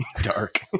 dark